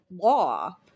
law